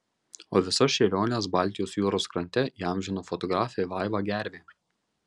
o visas šėliones baltijos jūros krante įamžino fotografė vaiva gervė